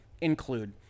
include